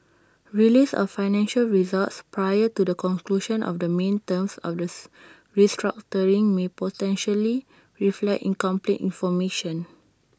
release of financial results prior to the conclusion of the main terms August restructuring may potentially reflect incomplete information